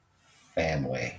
family